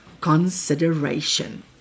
consideration